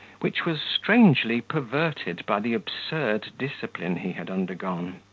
which was strangely perverted by the absurd discipline he had undergone.